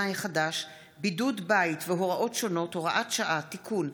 החדש) (בידוד בית והוראות שונות) (הוראת שעה) (תיקון),